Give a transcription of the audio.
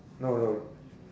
no no